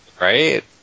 right